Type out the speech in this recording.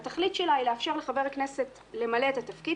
והתכלית שלה היא לאפשר לחבר הכנסת למלא את התפקיד